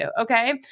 Okay